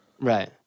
Right